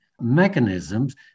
mechanisms